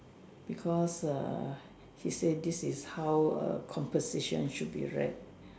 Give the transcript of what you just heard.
because err he say this is how err composition should be read